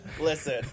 Listen